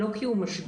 לא כי הוא משגיח,